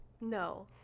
No